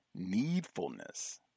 needfulness